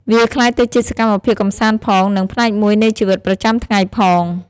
វាក្លាយទៅជាសកម្មភាពកំសាន្តផង និងផ្នែកមួយនៃជីវិតប្រចាំថ្ងៃផង។